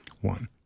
One